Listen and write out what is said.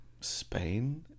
Spain